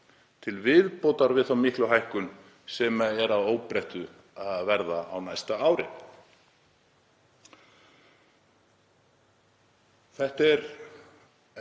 til viðbótar við þá miklu hækkun sem er að óbreyttu að verða á næsta ári. Þetta er